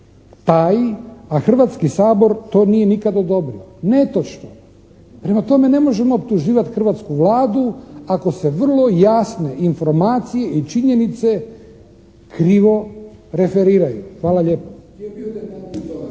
taj, a Hrvatski sabor to nije nikad odobrio. Netočno. Prema tome ne možemo optuživati hrvatsku Vladu ako se vrlo jasne informacije i činjenica krov referiraju. Hvala lijepo.